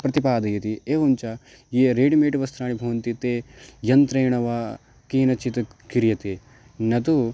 प्रतिपादयन्ति एवं च यानि रेडिमेड् वस्त्राणि भवन्ति तानि यन्त्रेण वा केनचित् क्रियते न तु